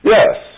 Yes